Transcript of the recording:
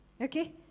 Okay